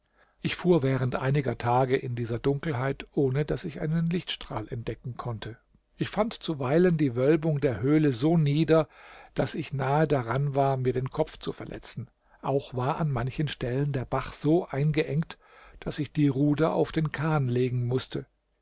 ich fuhr während einiger tage in dieser dunkelheit ohne daß ich einen lichtstrahl entdecken konnte ich fand zuweilen die wölbung der höhle so nieder daß ich nahe daran war mir den kopf zu verletzen auch war an manchen stellen der bach so eingeengt daß ich die ruder auf den kahn legen mußte